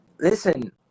Listen